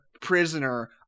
prisoner